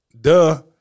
Duh